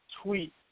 tweet